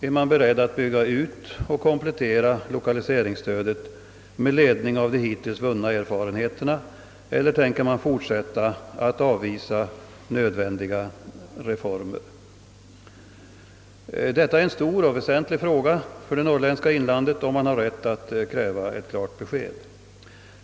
är man beredd att bygga ut och komplettera lokaliseringsstödet med ledning av de hittills vunna erfarenheterna, eller tänker man fortsätta att avvisa nödvändiga reformer? Detta är en så stor och väsentlig fråga för det norrländska inlandet, att man har rätt att kräva klart besked.